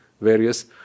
various